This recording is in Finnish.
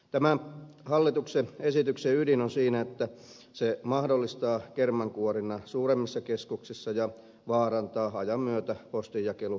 tämän hallituksen esityksen ydin on siinä että se mahdollistaa kermankuorinnan suuremmissa keskuksissa ja vaarantaa ajan myötä postinjakelun haja asutusalueilla